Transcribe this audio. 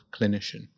clinician